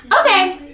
Okay